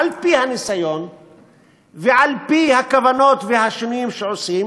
על-פי הניסיון ועל-פי הכוונות והשינויים שעושים,